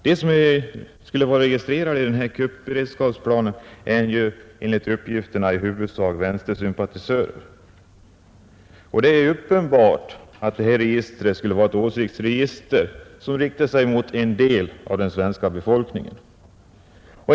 De som skulle vara registrerade i den här kuppberedskapsplanen är enligt uppgifterna i huvudsak vänstersympatisörer. Det är uppenbart att detta register är ett åsiktsregister som riktar sig mot en del av den svenska befolkningen.